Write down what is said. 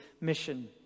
mission